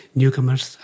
newcomers